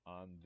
on